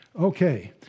Okay